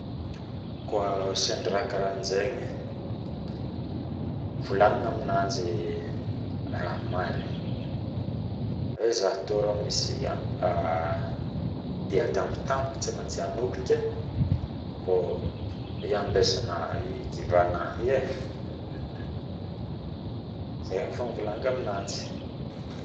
Koa raha karakjegny volagny aminanjy raha marigny we zaho to rao misy dia tampotampoka tsy maintsy anoky kay mbao iambaosonao kivanahy io ay zay figna koragniko aminanjy